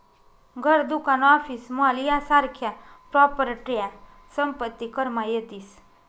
घर, दुकान, office, mall यासारख्या प्रॉपर्ट्या संपत्ती करमा येतीस